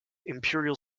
imperial